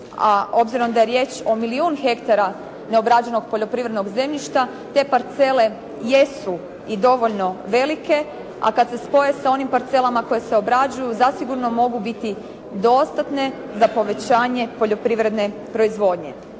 obzirom da je riječ o milijun hektara neobrađenog poljoprivrednog zemljišta, te parcele jesu i dovoljno velike, a kad se spoje sa onim parcelama koje se obrađuju zasigurno mogu biti dostatne za povećanje poljoprivredne proizvodnje.